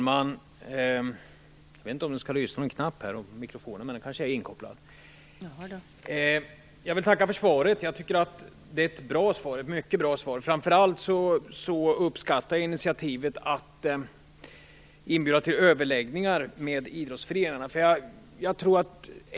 Fru talman! Jag vill tacka för svaret. Det är ett mycket bra svar. Framför allt uppskattar jag initiativet att inbjuda till överläggningar med idrottsföreningarna.